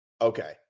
Okay